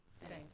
Thanks